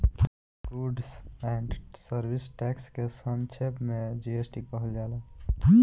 goods and service tax के संक्षेप में जी.एस.टी कहल जाला